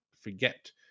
forget